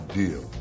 deal